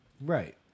Right